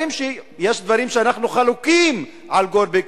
יש דברים שבהם אנחנו חולקים על גולדברג,